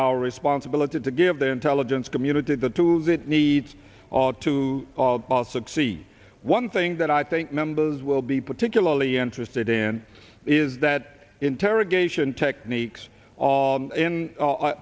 our responsibility to give the intelligence community the tools it needs to succeed one thing that i think members will be particularly interested in is that interrogation techniques